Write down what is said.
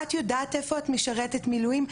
"את יודעת איפה את משרתת מילואים?